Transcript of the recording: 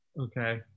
Okay